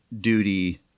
duty